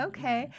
Okay